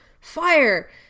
Fire